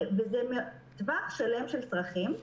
וזה בטווח שלם של צרכים.